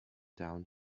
down